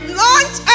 launch